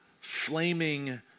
flaming